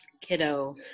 kiddo